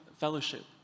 fellowship